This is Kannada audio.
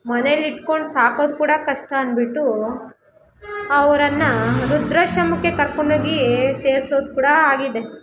ಮನೇಲಿಟ್ಕೊಂಡು ಸಾಕೋದು ಕೂಡ ಕಷ್ಟ ಅಂದ್ಬಿಟ್ಟು ಅವ್ರನ್ನು ವೃದ್ಧಾಶ್ರಮಕ್ಕೆ ಕರ್ಕೊಂಡೋಗಿ ಸೇರ್ಸೋದು ಕೂಡ ಆಗಿದೆ